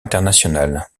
internationales